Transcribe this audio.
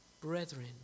brethren